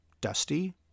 Dusty